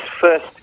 first